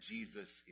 Jesus